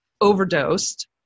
overdosed